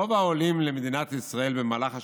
רוב העולים למדינת ישראל במהלך השנים,